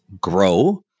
grow